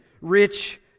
rich